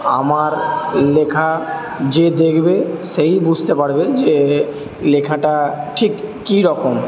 আমার লেখা যে দেখবে সেই বুঝতে পারবে যে লেখাটা ঠিক কী রকম